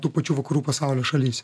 tų pačių vakarų pasaulio šalyse